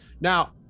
Now